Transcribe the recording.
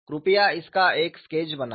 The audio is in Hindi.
कृपया इसका एक स्केच बनाएं